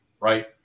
right